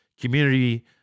community